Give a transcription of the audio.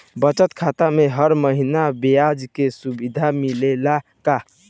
बचत खाता में हर महिना ब्याज के सुविधा मिलेला का?